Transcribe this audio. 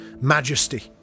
majesty